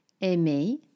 aimer